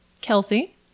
Kelsey